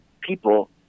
people